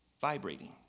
vibrating